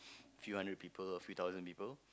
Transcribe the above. few hundred people or few thousand people